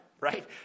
Right